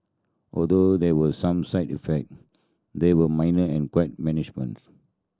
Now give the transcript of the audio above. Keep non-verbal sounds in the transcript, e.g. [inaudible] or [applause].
although there were some side effect they were minor and quite [unintelligible]